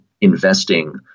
investing